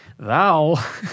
Thou